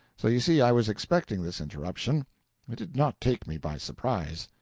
so you see i was expecting this interruption it did not take me by surprise.